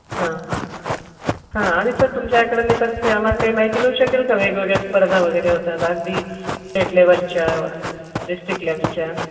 हां हां आणि सर तुमच्या ॲकॅडमीतर्फे आम्हाला काही माहिती मिळू शकेल का वेगवेगळ्या स्पर्धा वगैरे होतात अगदी स्टेट लेवलच्या डिस्ट्रिक लेवलच्या